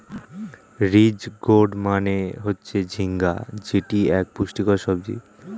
ridge gourd মানে হচ্ছে ঝিঙ্গা যেটি এক পুষ্টিকর সবজি